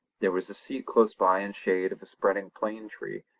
there was a seat close by in shade of a spreading plane-tree,